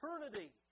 eternity